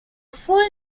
full